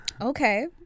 Okay